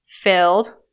filled